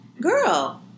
girl